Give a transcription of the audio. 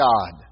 God